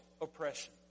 oppression